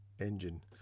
engine